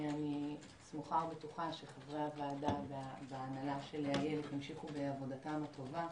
אני סמוכה ובטוחה שחברי הוועדה בהנהלת איילת ימשיכו בעבודתם הטובה.